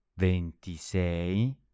Ventisei